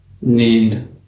need